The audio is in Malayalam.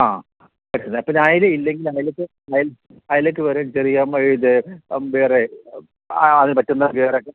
ആ പറ്റുന്ന അപ്പോള് അയില ഇല്ലെങ്കില് അയിലയ്ക്ക് അയിലയ്ക്കു പകരം ചെറിയ ഇത് വേറെ ആ അതിനു പറ്റുന്ന വേറെയൊക്കെ